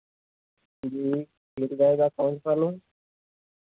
जी मिल जाएगा कौन सा लोन